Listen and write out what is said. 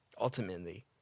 ultimately